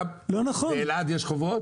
באלעד יש חוברות?